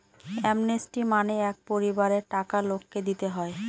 amnesty মানে এক পরিমানের টাকা লোককে দিতে হয়